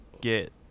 get